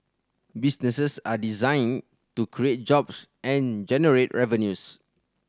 businesses are designing to create jobs and generate revenues